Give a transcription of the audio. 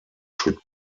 should